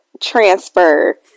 transfer